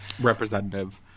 Representative